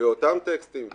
ואותם טקסטים,